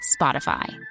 Spotify